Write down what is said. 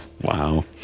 Wow